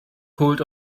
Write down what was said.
hold